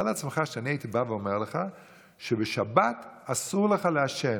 תאר לעצמך שאני הייתי בא ואומר לך שבשבת אסור לך לעשן,